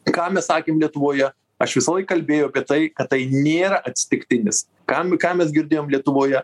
ką mes sakėm lietuvoje aš visąlaik kalbėjau apie tai kad tai nėra atsitiktinis kam ką mes girdėjom lietuvoje